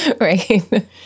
right